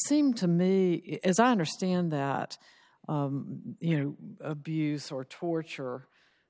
seemed to me as i understand that you know abuse or torture